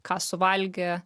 ką suvalgė